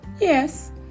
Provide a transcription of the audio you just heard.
yes